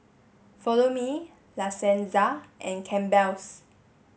Follow Me La Senza and Campbell's